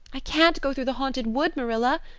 i can't go through the haunted wood, marilla,